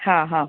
હા હા